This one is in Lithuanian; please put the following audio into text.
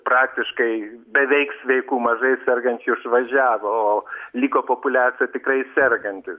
praktiškai beveik sveikų mažai sergančių išvažiavo o liko populiacija tikrai serganti